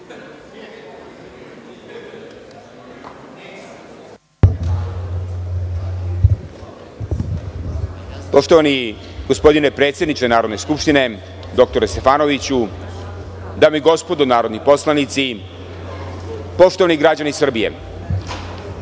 Poštovani gospodine predsedniče Narodne skupštine, doktore Stefanoviću, dame i gospodo narodni poslanici, poštovani građani Srbije,